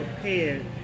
prepared